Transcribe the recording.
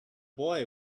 boy